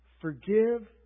Forgive